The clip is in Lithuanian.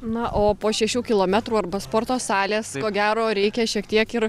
na o po šešių kilometrų arba sporto salės ko gero reikia šiek tiek ir